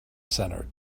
center